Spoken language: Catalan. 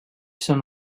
són